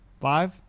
Five